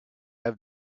have